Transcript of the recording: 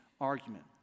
argument